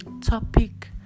topic